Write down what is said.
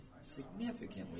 significantly